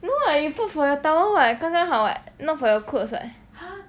you know what you put for your towel [what] 刚刚好 [what] not for your clothes [what]